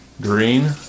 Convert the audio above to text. green